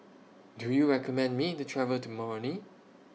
Do YOU recommend Me to travel to Moroni